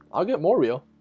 i'll get more real.